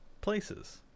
places